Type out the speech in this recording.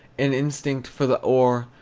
an instinct for the hoar,